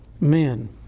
men